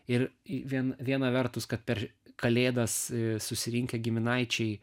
ir į vien vieną vertus kad per kalėdas susirinkę giminaičiai